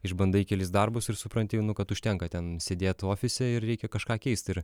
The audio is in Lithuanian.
išbandai kelis darbus ir supranti kad užtenka ten sėdėt ofise ir reikia kažką keist ir